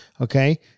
okay